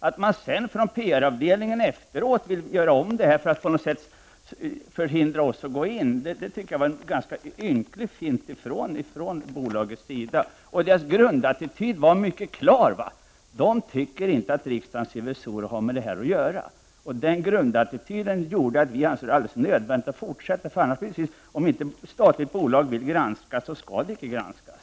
Att man sedan på PR-avdelningen ville ändra på detta för att hindra oss att gå in, tycker jag var en ynklig fint från bolagets sida. Bolagets grundinställning är mycket klar: Man tycker inte att riksdagens revisorer har med detta att göra. Den attityden gjorde att vi ansåg det helt nödvändigt att fullfölja granskningen. Annars blir följden att när ett statligt bolag inte vill granskas skall det inte granskas.